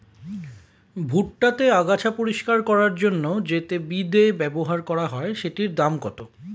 ভুট্টা তে আগাছা পরিষ্কার করার জন্য তে যে বিদে ব্যবহার করা হয় সেটির দাম কত?